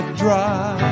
dry